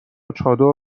چادر